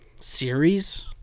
Series